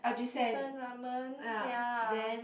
Ajisen ramen ya